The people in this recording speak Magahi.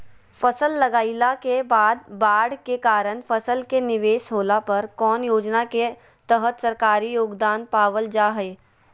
फसल लगाईला के बाद बाढ़ के कारण फसल के निवेस होला पर कौन योजना के तहत सरकारी योगदान पाबल जा हय?